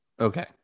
Okay